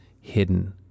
hidden